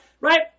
Right